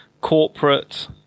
corporate